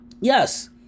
yes